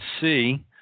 see